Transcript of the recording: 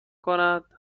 کند